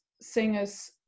singers